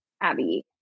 Abby